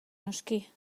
noski